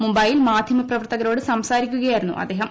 മുംബൈയിൽ മാധ്യമ പ്രവർത്തകരോട് സംസാരിക്കുകയായിരുന്നു അദ്ദേഹം